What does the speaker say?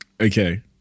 okay